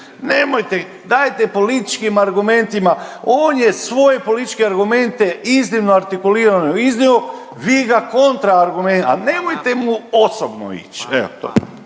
Nemojte! Dajte političkim argumentima, on je svoje političke argumente iznimno artikulirano iznio. Vi ga kontra argument, a nemojte mu osobno ići, evo.